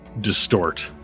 distort